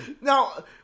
Now